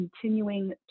continuing